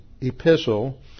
epistle